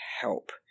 help